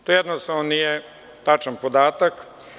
To jednostavno nije tačan podatak.